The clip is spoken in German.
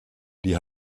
die